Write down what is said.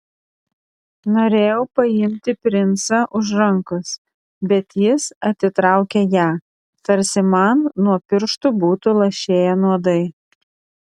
norėjau paimti princą už rankos bet jis atitraukė ją tarsi man nuo pirštų būtų lašėję nuodai